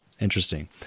Interesting